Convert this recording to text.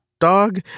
dog